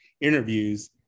interviews